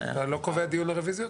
אתה לא קובע דיון לרביזיות?